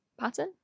pattern